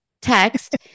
text